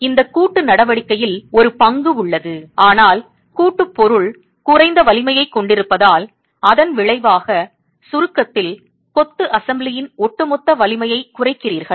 எனவே இந்த கூட்டு நடவடிக்கையில் ஒரு பங்கு உள்ளது ஆனால் கூட்டுப் பொருள் குறைந்த வலிமையைக் கொண்டிருப்பதால் அதன் விளைவாக சுருக்கத்தில் கொத்து அசெம்பிளியின் ஒட்டுமொத்த வலிமையைக் குறைக்கிறீர்கள்